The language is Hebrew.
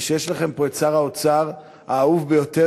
שיש לכם פה את שר האוצר האהוב ביותר